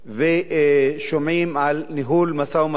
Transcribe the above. ושומעים על ניהול משא-ומתן